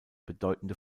bedeutende